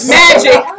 magic